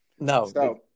No